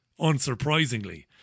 unsurprisingly